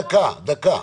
דקה.